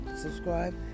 subscribe